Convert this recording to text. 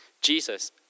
Jesus